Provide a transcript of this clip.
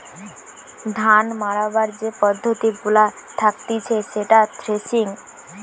ধান মাড়াবার যে পদ্ধতি গুলা থাকতিছে সেটা থ্রেসিং